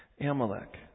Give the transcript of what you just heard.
Amalek